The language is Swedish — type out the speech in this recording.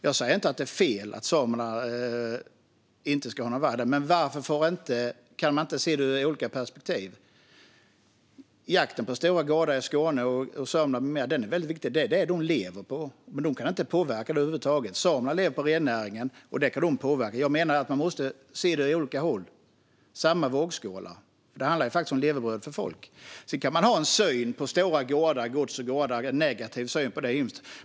Jag säger inte att det är fel att samerna inte ska ha någon varg där, men varför kan man inte se det ur olika perspektiv? Jakten på stora gårdar i Skåne, Sörmland med mera är väldigt viktig. Det är det de lever på, men de kan inte påverka detta över huvud taget. Samerna lever på rennäringen, och de kan påverka det. Jag menar att man måste se det från olika håll och att det ska vara samma vågskålar, för det handlar faktiskt om levebröd för folk. Sedan kan man ha en negativ syn på stora gods och gårdar.